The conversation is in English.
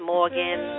Morgan